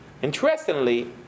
Interestingly